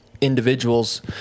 individuals